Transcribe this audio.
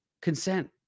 consent